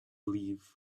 leave